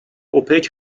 اوپک